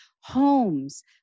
homes